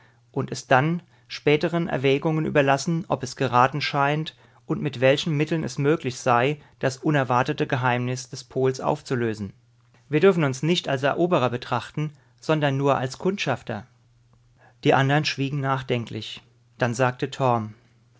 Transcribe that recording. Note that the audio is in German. und es dann späteren erwägungen überlassen ob es geraten scheint und mit welchen mitteln es möglich sei das unerwartete geheimnis des pols aufzulösen wir dürfen uns nicht als eroberer betrachten sondern nur als kundschafter die andern schwiegen nachdenklich dann sagte